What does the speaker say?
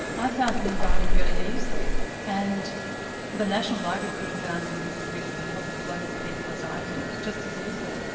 i found them in bali really easily and the national library could have found them with with the help of local people, as i ah did, just as easily.